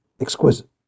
exquisite